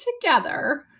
together